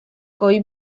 hoy